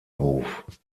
hof